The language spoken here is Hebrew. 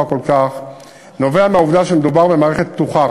כל כך נובע מהעובדה שמדובר במערכת פתוחה,